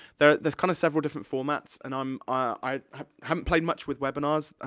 there's there's kind of several different formats, and i'm, i haven't played much with webinars.